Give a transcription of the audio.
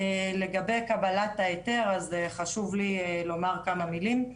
לגבי קבלת ההיתר, אז חשוב לי לומר כמה מלים.